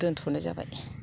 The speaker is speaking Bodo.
दोनथ'नाय जाबाय